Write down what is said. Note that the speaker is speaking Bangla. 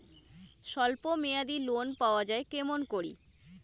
স্বল্প মেয়াদি লোন পাওয়া যায় কেমন করি?